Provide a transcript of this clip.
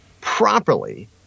properly